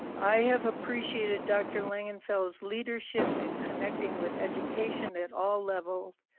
i have appreciated dr. langenfeld's leadership in connecting with education at all levels,